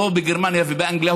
לא בגרמניה ובאנגליה,